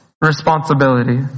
responsibility